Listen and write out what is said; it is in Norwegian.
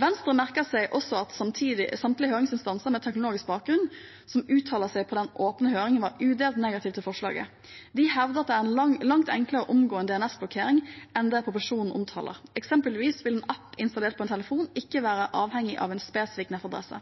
Venstre merker seg også at samtlige høringsinstanser med teknologisk bakgrunn som uttalte seg på den åpne høringen, var udelt negative til forslaget. De hevdet at det er langt enklere å omgå en DNS-blokkering enn det proposisjonen omtaler. Eksempelvis vil en app installert på en telefon ikke være avhengig av en spesifikk nettadresse.